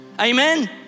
Amen